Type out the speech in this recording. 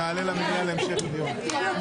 הישיבה ננעלה בשעה 16:05.